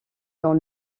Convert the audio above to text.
dans